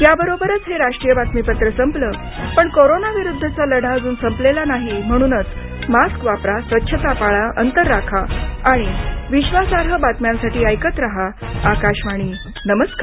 याबरोबरच हे राष्ट्रीय बातमीपत्र संपलं पण कोरोनाविरुद्धचा लढा अजून संपलेला नाही म्हणूनच मास्क वापरा स्वच्छता पाळा अंतर राखा आणि विश्वासार्ह बातम्यांसाठी ऐकत रहा आकाशवाणी नमस्कार